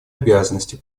обязанности